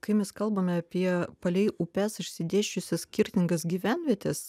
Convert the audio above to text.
kai mes kalbame apie palei upes išsidėsčiusias skirtingas gyvenvietes